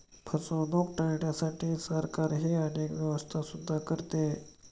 फसवणूक टाळण्यासाठी सरकारही अनेक व्यवस्था सुद्धा करते